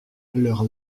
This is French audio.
leurs